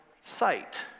sight